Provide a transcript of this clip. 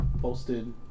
posted